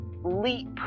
leap